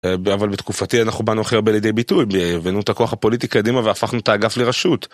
אבל בתקופתי אנחנו באנו אחרת לידי ביטוי, הבאנו את הכוח הפוליטי קדימה והפכנו את האגף לרשות.